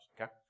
okay